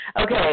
Okay